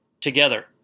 together